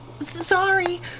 sorry